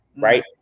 right